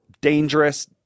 dangerous